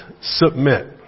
submit